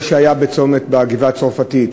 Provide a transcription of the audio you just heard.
בגבעה-הצרפתית,